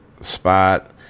spot